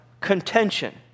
contention